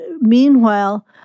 meanwhile